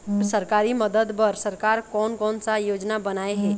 सरकारी मदद बर सरकार कोन कौन सा योजना बनाए हे?